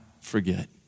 forget